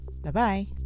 Bye-bye